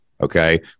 Okay